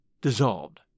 dissolved